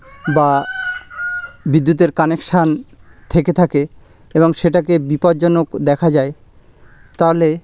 বা বিদ্যুতের কানেকশন থেকে থাকে এবং সেটাকে বিপজ্জনক দেখা যায় তাহলে